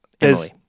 Emily